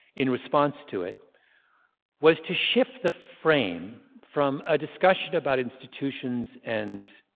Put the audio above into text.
in response to it was to shift the frame from a discussion about institutions and